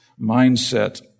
mindset